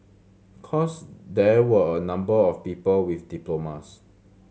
course there were a number of people with diplomas